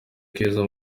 keza